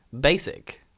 basic